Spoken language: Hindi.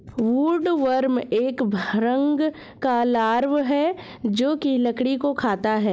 वुडवर्म एक भृंग का लार्वा है जो की लकड़ी को खाता है